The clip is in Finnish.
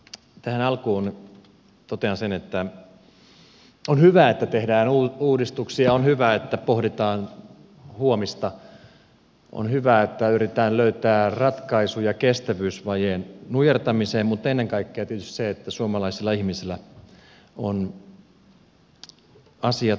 tähän alkuun totean sen että on hyvä että tehdään uudistuksia on hyvä että pohditaan huomista on hyvä että yritetään löytää ratkaisuja kestävyysvajeen nujertamiseen mutta ennen kaikkea tietysti se että suomalaisilla ihmisillä on asiat hyvin